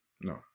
No